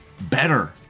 better